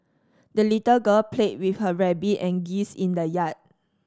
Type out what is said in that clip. the little girl played with her rabbit and geese in the yard